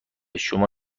شما